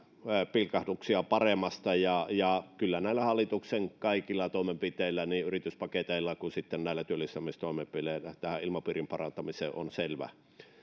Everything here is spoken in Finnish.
pilkahduksia paremmasta kyllä näillä kaikilla hallituksen toimenpiteillä niin yrityspaketeilla kuin sitten näillä työllistämistoimenpiteillä tähän tähän ilmapiirin parantamiseen on selvä